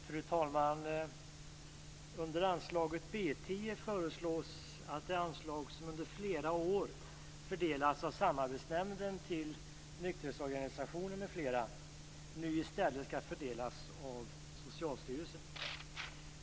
Fru talman! Under anslaget B 10 föreslås att det anslag som Samarbetsnämnden under flera år har fördelat till nykterhetsorganisationer m.fl. i stället skall fördelas av Socialstyrelsen.